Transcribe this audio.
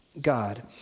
God